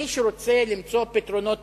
מי שרוצה למצוא פתרונות